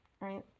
Right